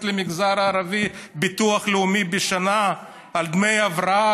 למגזר הערבי ביטוח לאומי בשנה דמי הבראה,